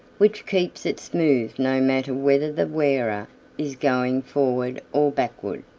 which keeps it smooth no matter whether the wearer is going forward or backward.